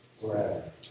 forever